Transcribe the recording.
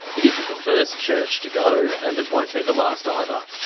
it isn't the first church to go and it won't be the last either.